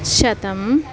शतम्